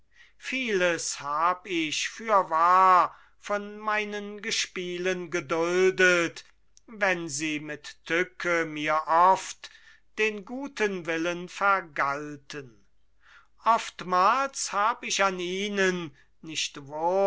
vieles hab ich fürwahr von meinen gespielen geduldet wenn sie mit tücke mir oft den guten willen vergalten oftmals hab ich an ihnen nicht